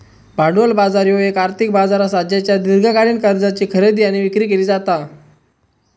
भांडवल बाजार ह्यो येक आर्थिक बाजार असा ज्येच्यात दीर्घकालीन कर्जाची खरेदी आणि विक्री केली जाता